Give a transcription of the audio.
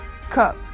Cup